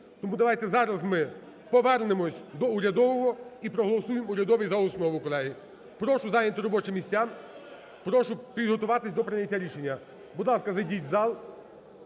Тому давайте зараз ми повернемося до урядового і проголосуємо урядовий за основу, колеги. Прошу зайняти робочі місця, прошу підготуватися до прийняття рішення. Будь ласка, зайдіть в зал